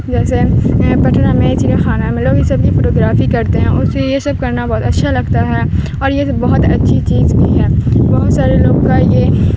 جیسے پٹنہ میں چڑیا خانہ میں لوگ یہ سب کی فوٹوگرافی کرتے ہیں اس سے یہ سب کرنا بہت اچھا لگتا ہے اور یہ سب بہت اچھی چیز بھی ہے بہت سارے لوگ کا یہ